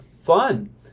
Fun